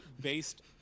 based